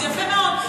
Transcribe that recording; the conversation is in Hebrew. זה יפה מאוד.